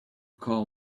call